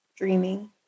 Dreaming